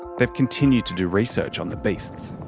they've continued to do research on the beasts.